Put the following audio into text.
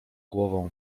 głową